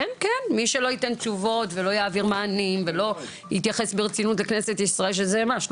העניין של לוחמים פוסט טראומטיים ונפגעי טרור,